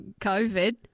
COVID